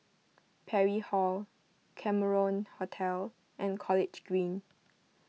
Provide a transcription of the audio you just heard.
Parry Hall Cameron Hotel and College Green